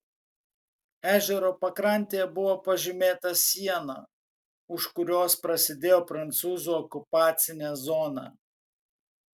ežero pakrantėje buvo pažymėta siena už kurios prasidėjo prancūzų okupacinė zona